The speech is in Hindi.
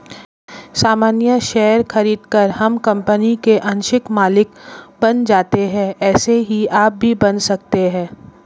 सामान्य शेयर खरीदकर हम कंपनी के आंशिक मालिक बन जाते है ऐसे ही आप भी बन सकते है